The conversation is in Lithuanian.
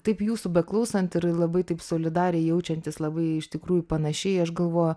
taip jūsų beklausant ir labai taip solidariai jaučiantis labai iš tikrųjų panašiai aš galvoju